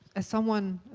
as someone,